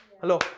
Hello